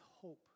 hope